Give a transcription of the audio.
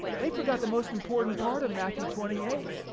they forgot the most important part of matthew twenty eight,